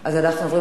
נתקבלה.